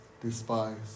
despise